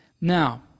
Now